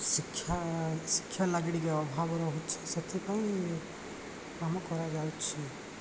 ଶିକ୍ଷା ଶିକ୍ଷା ଲାଗି ଟିକେ ଅଭାବ ରହୁଛି ସେଥିପାଇଁ କାମ କରାଯାଉଛି